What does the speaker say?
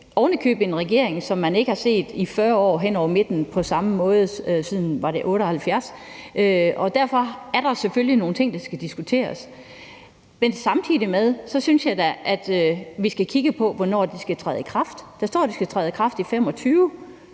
ovenikøbet en regering, som man ikke har set på samme måde hen over midten i 40 år – ikke siden 1978, tror jeg det var. Derfor er der selvfølgelig nogle ting, der skal diskuteres. Men samtidig synes jeg da, at vi skal kigge på, hvornår det skal træde i kraft. Der står, at det skal træde i kraft i 2025.